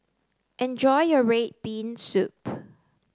enjoy your red bean soup